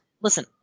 Listen